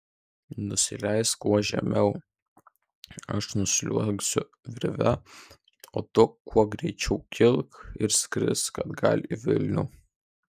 nusileisk kuo žemiau aš nusliuogsiu virve o tu kuo greičiau kilk ir skrisk atgal į vilnių